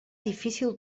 difícil